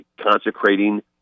consecrating